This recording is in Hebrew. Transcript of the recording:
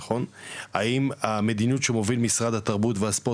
האם המדיניות שמוביל משרד התרבות והספורט